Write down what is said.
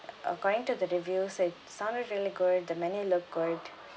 according to the reviews it sounded really good the menu looked good